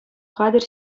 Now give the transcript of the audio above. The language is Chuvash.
хатӗр